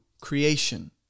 creation